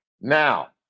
Now